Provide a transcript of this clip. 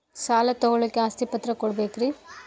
ಸಾಲ ತೋಳಕ್ಕೆ ಆಸ್ತಿ ಪತ್ರ ಕೊಡಬೇಕರಿ?